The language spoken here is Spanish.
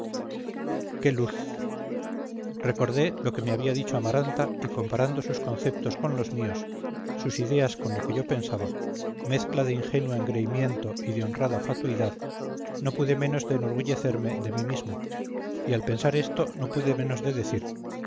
qué luz recordé lo que me había dicho amaranta y comparando sus conceptos con los míos sus ideas con lo que yo pensaba mezcla de ingenuo engreimiento y de honrada fatuidad no pude menos de enorgullecerme de mí mismo y al pensar esto no pude menos de decir